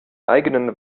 eigenen